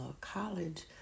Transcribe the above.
college